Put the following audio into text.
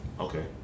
Okay